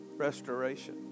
Restoration